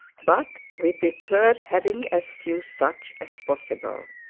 but we prefer having as few such as possible.